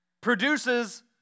produces